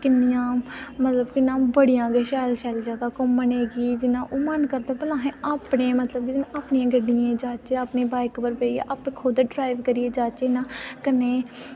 किन्नियां मतलब कि बड़े गै शैल शैल जगह घुम्मनै गी जि'यां ओह् मन करदा की असें अपने मतलब अपनी गड्डियें पर जाचे अपनी बाईक पर खुद ड्राईव करियै जाचै कन्नै